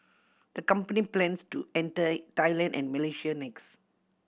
the company plans to enter Thailand and Malaysia next